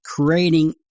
creating